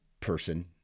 person